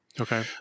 Okay